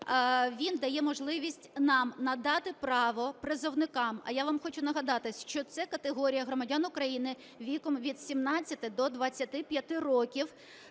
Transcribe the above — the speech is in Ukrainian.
він дає можливість нам надати право призовникам, а я вам хочу нагадати, що це категорія громадян України віком від 17 до 25 років,